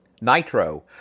Nitro